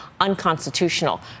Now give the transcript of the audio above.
unconstitutional